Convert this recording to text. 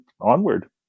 onward